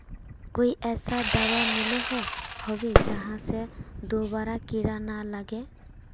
कोई ऐसा दाबा मिलोहो होबे जहा से दोबारा कीड़ा ना लागे?